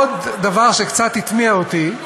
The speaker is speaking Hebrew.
עוד דבר שקצת התמיה אותי,